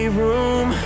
room